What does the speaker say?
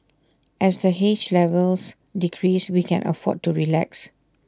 as the haze levels decrease we can afford to relax